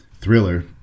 thriller